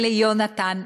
ליונתן,